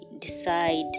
decide